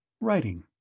Writing